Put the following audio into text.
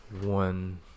one